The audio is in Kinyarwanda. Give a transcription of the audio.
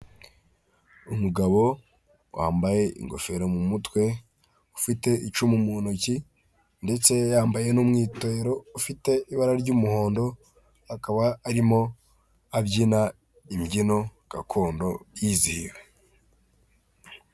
Umugabo wambaye ingofero mu mutwe, ufite icumu mu ntoki ndetse yambaye n'umwitero ufite ibara ry'umuhondo, akaba arimo abyina imbyino gakondo yizihiye.